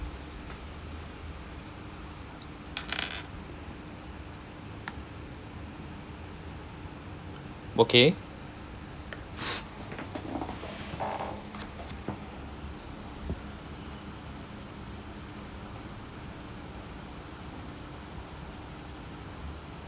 okay